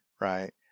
right